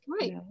Right